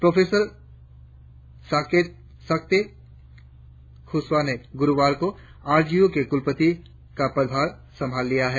professor Sakte Kushwaha ने गुरुवार से आर जी यू के कुलपति का पदभार संभाल लिया है